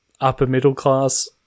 upper-middle-class